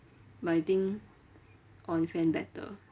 but I think on fan better